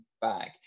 back